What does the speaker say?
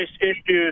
issues